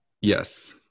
Yes